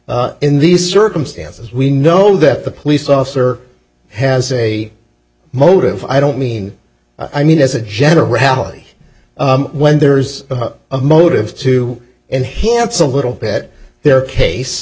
in these circumstances we know that the police officer has a motive i don't mean i mean as a generality when there's a motive to enhance a little bit their case